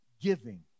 giving